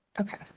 Okay